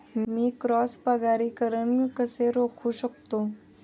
मी cross परागीकरण कसे रोखू शकतो?